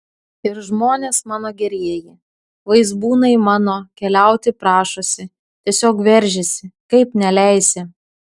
ir žmonės mano gerieji vaizbūnai mano keliauti prašosi tiesiog veržiasi kaip neleisi